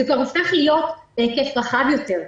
זה כבר הופך להיות בהיקף רחב יותר.